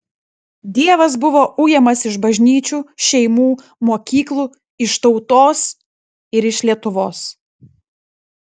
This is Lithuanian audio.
dievas buvo ujamas iš bažnyčių šeimų mokyklų iš tautos ir iš lietuvos